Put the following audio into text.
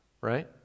right